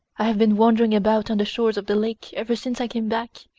i have been wandering about on the shores of the lake ever since i came back.